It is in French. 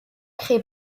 créé